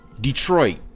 Detroit